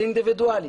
זה אינדיבידואלי.